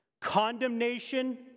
condemnation